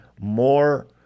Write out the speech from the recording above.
more